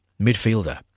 midfielder